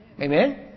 Amen